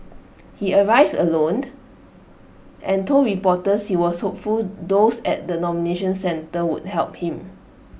he arrived alone and told reporters he was hopeful those at the nomination centre would help him